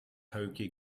hockey